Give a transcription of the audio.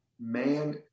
man